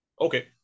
Okay